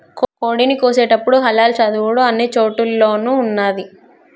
కోడిని కోసేటపుడు హలాల్ చదువుడు అన్ని చోటుల్లోనూ ఉన్నాది